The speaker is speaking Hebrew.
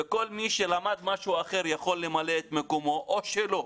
וכל מי שלמד משהו אחר יכול למלא את מקומו או שלא.